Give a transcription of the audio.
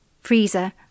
freezer